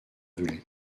velay